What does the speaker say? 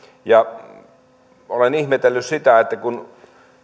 olen ihmetellyt sitä kun